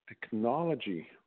technology